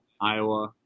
Iowa